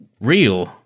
real